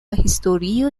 historio